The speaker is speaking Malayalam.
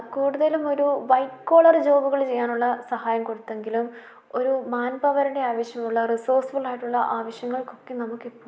കൂടുതലുമൊരു വൈറ്റ് കോളർ ജോബുകൾ ചെയ്യാനുള്ള സഹായം കൊടുത്തെങ്കിലും ഒരു മാൻ പവറിൻ്റെ ആവശ്യമുള്ള റിസോഴസ്ഫുള്ളായിട്ടുള്ള ആവശ്യങ്ങൾക്കൊക്കെ നമുക്കിപ്പോഴും